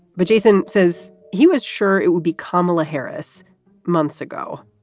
but jason says he was sure it would be kamala harris months ago.